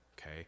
Okay